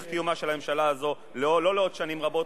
קיומה של הממשלה הזאת לא לעוד שנים רבות,